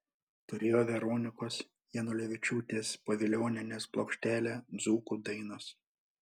turėjo veronikos janulevičiūtės povilionienės plokštelę dzūkų dainos